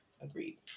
Agreed